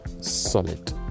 solid